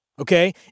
okay